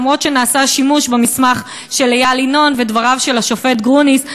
אף שנעשה שימוש במסמך של איל ינון ובדבריו של השופט גרוניס,